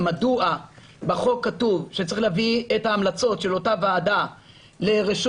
מדוע בחוק כתוב שצריך להביא את ההמלצות של אותה ועדה לרשות